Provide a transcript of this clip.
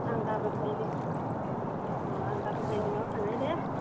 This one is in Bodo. आं गाबोनहाय आं गाबोनहाय नोंनाव थांनाय दे